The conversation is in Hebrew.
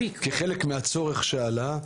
כחלק מהצורך שעלה,